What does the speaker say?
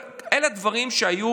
אלה דברים שהיו